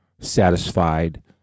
satisfied